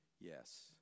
Yes